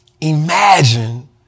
Imagine